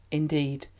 indeed,